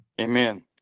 Amen